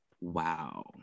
wow